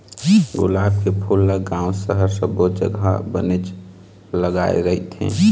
गुलाब के फूल ल गाँव, सहर सब्बो जघा बनेच लगाय रहिथे